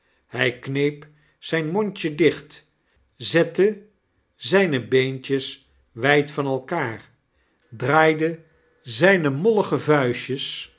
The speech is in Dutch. hij kneep zijn mondje dicht zette zijne beentjes wijd van elkaar draaide zijne mollige vuistjes